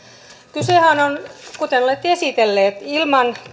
kysehän on siitä kuten olette esitelleet että ilman